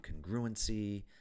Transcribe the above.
congruency